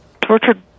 tortured